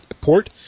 port